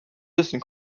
wissen